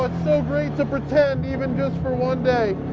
but so great to pretend even just for one day.